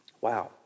Wow